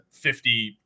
50